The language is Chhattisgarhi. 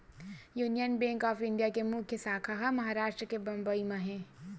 यूनियन बेंक ऑफ इंडिया के मुख्य साखा ह महारास्ट के बंबई म हे